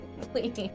Please